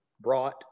Brought